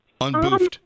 Unboofed